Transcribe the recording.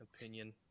opinion